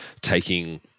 taking